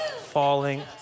falling